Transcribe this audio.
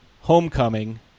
Homecoming